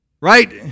Right